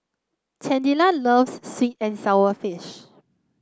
Candida loves sweet and sour fish